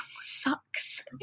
sucks